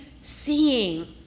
seeing